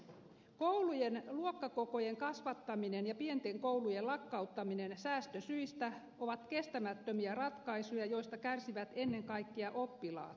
koulujen luokkakokojen kasvattaminen ja pienten koulujen lakkauttaminen säästösyistä ovat kestämättömiä ratkaisuja joista kärsivät ennen kaikkea oppilaat